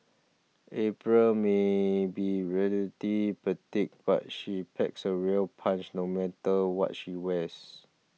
April may be really petite but she packs a real punch no matter what she wears